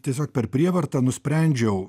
tiesiog per prievartą nusprendžiau